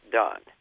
done